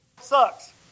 sucks